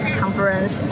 conference